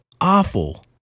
awful